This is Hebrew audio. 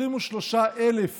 23,000